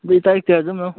दुई तारिखतिर जाउँ न